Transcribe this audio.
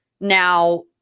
now